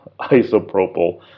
isopropyl